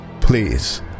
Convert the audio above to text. Please